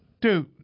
Dude